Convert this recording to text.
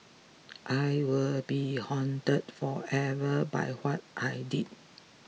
I will be haunted forever by what I did